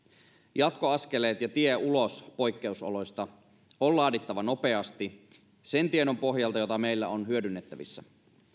jatkoaskeleet ja tie ulos poikkeusoloista on laadittava nopeasti sen tiedon pohjalta jota meillä on hyödynnettävissä